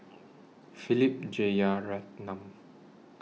Philip Jeyaretnam